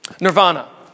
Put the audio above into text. Nirvana